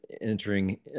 entering